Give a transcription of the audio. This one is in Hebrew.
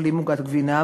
אוכלים עוגת גבינה,